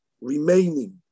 remaining